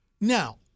now